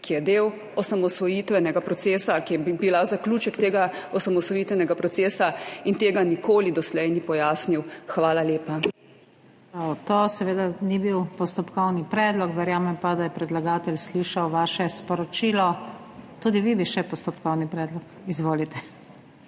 ki je del osamosvojitvenega procesa in ki bi bila zaključek tega osamosvojitvenega procesa in tega nikoli doslej ni pojasnil. Hvala lepa. **PODPREDSEDNICA NATAŠA SUKIČ:** To seveda ni bil postopkovni predlog, verjamem pa, da je predlagatelj slišal vaše sporočilo. Tudi vi bi še postopkovni predlog. Izvolite.